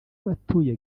abatuye